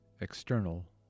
external